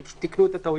אז תיקנו את הטעויות.